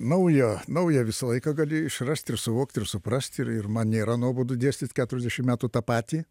naujo naują visą laiką galėjo išrast ir suvokt ir suprast ir ir man nėra nuobodu dėstyt keturiasdešim metų tą patį